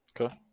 Okay